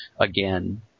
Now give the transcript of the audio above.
again